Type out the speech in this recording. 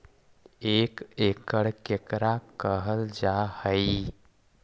एक एकड़ केकरा कहल जा हइ?